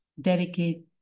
dedicate